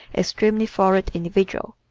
extremely florid individual.